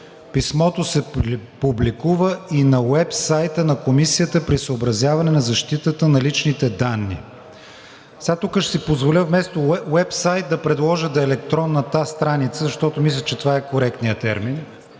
Писмото се публикува и на уеб сайта на Комисията при съобразяване на защитата на личните данни.“ Тук ще си позволя вместо „уеб сайт“ да предложа да е „електронната страница“, защото мисля, че това е коректният термин.